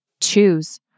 choose